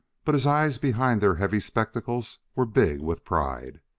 but his eyes behind their heavy spectacles were big with pride.